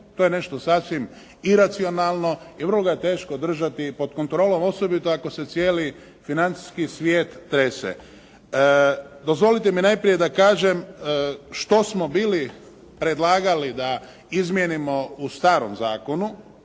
To je nešto sasvim iracionalno i vrlo ga je teško držati pod kontrolom osobito ako se cijeli financijski svijet trese. Dozvolite mi najprije da kažem što smo bili predlagali da izmijenimo u starom zakonu,